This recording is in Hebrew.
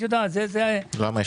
למה?